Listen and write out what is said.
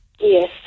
yes